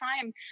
time